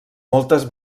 moltes